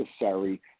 necessary